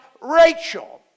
Rachel